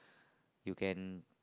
you can